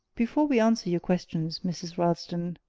before we answer your questions, mrs. ralston,